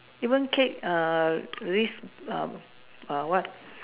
even cake err risk err err what